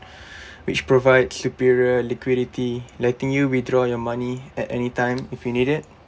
which provide superior liquidity letting you withdraw your money at anytime if you need it